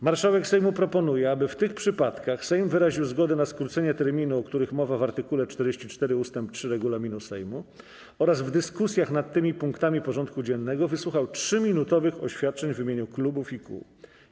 Marszałek Sejmu proponuje, aby w tych przypadkach Sejm wyraził zgodę na skrócenie terminu, o którym mowa w art. 44 ust. 3 regulaminu Sejmu, oraz w dyskusjach nad tymi punktami porządku dziennego wysłuchał 3-minutowych oświadczeń w imieniu klubów i kół.